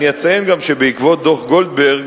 אני אציין גם שבעקבות דוח-גולדברג,